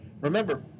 Remember